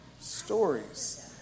stories